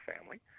family